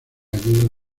ayuda